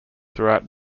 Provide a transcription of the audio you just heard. throughout